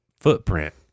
footprint